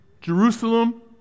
Jerusalem